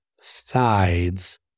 sides